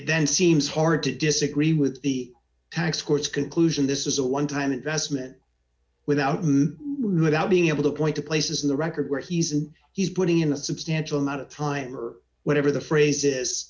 then seems hard to disagree with the tax court's conclusion this is a one time investment without without being able to point to places in the record where he's and he's putting in a substantial amount of time or whatever the phrase is